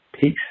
Peace